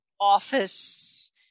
office